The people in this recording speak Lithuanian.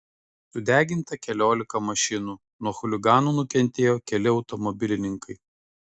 sudeginta keliolika mašinų nuo chuliganų nukentėjo keli automobilininkai